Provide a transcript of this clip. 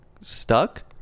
stuck